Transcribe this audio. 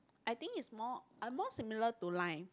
I think it's more uh more similar to Line